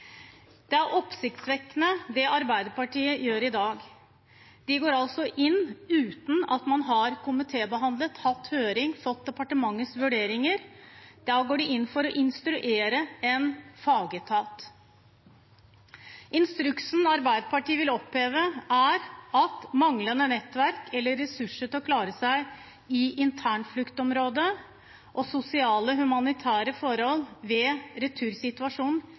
Det er oppsiktsvekkende det Arbeiderpartiet gjør i dag. De går altså inn for – uten at man har komitébehandlet, hatt høring eller fått departementets vurderinger – å instruere en fagetat. Instruksen Arbeiderpartiet vil oppheve, er at manglende nettverk eller ressurser til å klare seg i internfluktområdet og sosiale humanitære forhold ved retursituasjonen